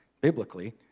Biblically